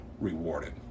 rewarded